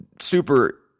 super